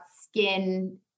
skin